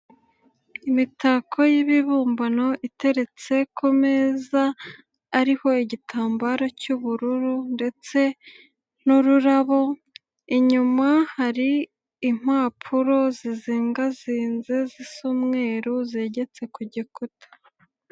Imitako y'ibibumbano iteretse ku meza ariho igitambaro cy'ubururu ndetse n'ururabo, inyuma hari impapuro zizegazinze zisa umweru zegetse ku gikuta.